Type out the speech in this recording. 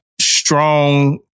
strong